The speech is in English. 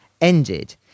ended